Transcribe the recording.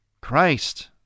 Christ